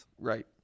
Right